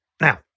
Now